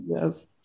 Yes